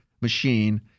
machine